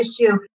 issue